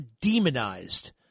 demonized